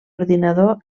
ordinador